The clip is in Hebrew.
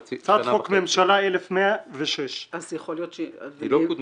הצעת חוק ממשלה 1106. היא לא קודמה.